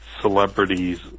celebrities